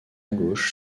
gauche